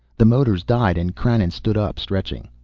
the motors died and krannon stood up, stretching.